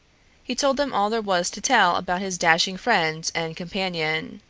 he told them all there was to tell about his dashing friend and companion.